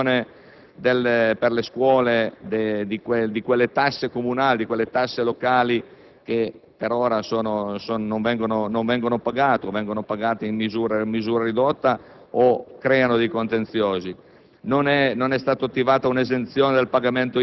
In modo particolare, manca una regolarizzazione per le scuole di quelle tasse comunali e locali che per ora non vengono pagate, o sono pagate in misura ridotta o creano dei contenziosi.